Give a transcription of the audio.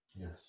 Yes